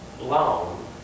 long